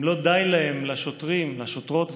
אם לא די להם, לשוטרים, לשוטרות ולשוטרים,